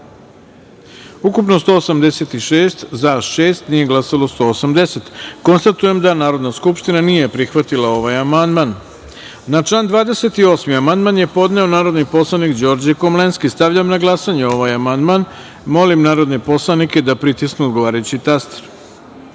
ukupno – 186, za – pet, nije glasalo 181.Konstatujem da Narodna skupština nije prihvatila ovaj amandman. Na član 57. amandman je podneo narodni poslanik Đorđe Komlenski. Stavljam na glasanje ovaj amandman. Molim narodne poslanike da pritisnu odgovarajući